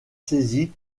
saisi